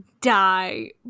Die